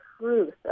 truth